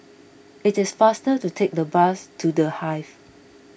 it is faster to take the bus to the Hive